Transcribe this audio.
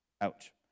Ouch